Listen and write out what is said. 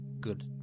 Good